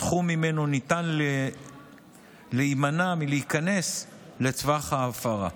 התחום שממנו ניתן להימנע מלהיכנס לטווח ההפרה.